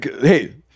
Hey